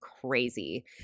crazy